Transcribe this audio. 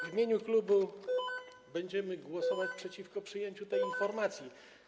W imieniu klubu mówię, że będziemy głosować przeciwko przyjęciu tej informacji.